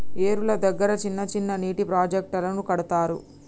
ఏరుల దగ్గర చిన్న చిన్న నీటి ప్రాజెక్టులను కడతారు